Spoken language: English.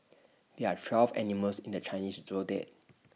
there are twelve animals in the Chinese Zodiac